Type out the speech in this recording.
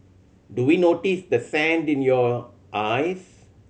do we notice the sand in your eyes